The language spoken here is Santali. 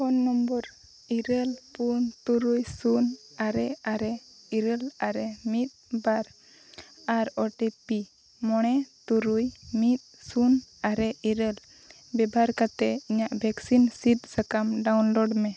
ᱯᱷᱳᱱ ᱱᱚᱢᱵᱚᱨ ᱤᱨᱟᱹᱞ ᱯᱩᱱ ᱛᱩᱨᱩᱭ ᱥᱩᱱ ᱟᱨᱮ ᱟᱨᱮ ᱤᱨᱟᱹᱞ ᱟᱨᱮ ᱢᱤᱫ ᱵᱟᱨ ᱟᱨ ᱳ ᱴᱤ ᱯᱤ ᱢᱚᱬᱮ ᱛᱩᱨᱩᱭ ᱢᱤᱫ ᱥᱩᱱ ᱟᱨᱮ ᱤᱨᱟᱹᱞ ᱵᱮᱵᱚᱦᱟᱨ ᱠᱟᱛᱮᱫ ᱤᱧᱟᱹᱜ ᱵᱷᱮᱠᱥᱤᱱ ᱥᱤᱫ ᱥᱟᱠᱟᱢ ᱰᱟᱣᱩᱱᱞᱳᱰ ᱢᱮ